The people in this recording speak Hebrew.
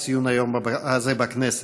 את ציון היום הזה בכנסת.